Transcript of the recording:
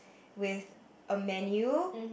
with a menu